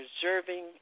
preserving